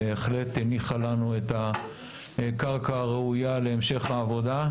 היא בהחלט הניחה לנו את הקרקע הראויה להמשך העבודה.